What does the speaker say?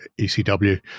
ECW